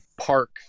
park